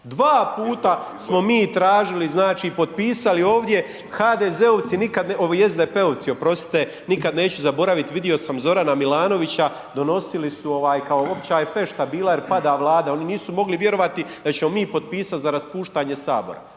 dva puta smo mi tražili znači, potpisali ovdje HDZ-ovci nikad, ovi SDP-ovci oprostite, nikad neću zaboraviti, vidio sam Zorana Milanovića donosili su kao opća je fešta bila jer pada Vlada, oni nisu mogli vjerovati da ćemo mi potpisati za raspuštanje Sabora.